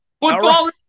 Football